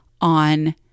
on